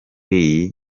iyi